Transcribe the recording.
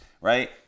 right